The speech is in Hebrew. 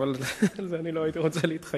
אבל על זה לא הייתי רוצה להתחייב.